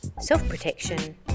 self-protection